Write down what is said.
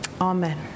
Amen